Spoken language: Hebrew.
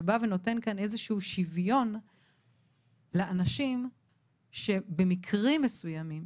שבא ונותן איזשהו שוויון כך שאנשים במקרים מסוימים,